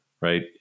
right